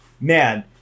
man